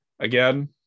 again